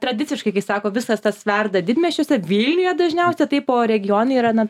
tradiciškai kai sako visas tas verda didmiesčiuose vilniuje dažniausiai taip o regionai yra na